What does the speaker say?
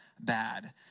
bad